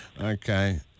Okay